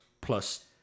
plus